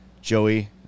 Joey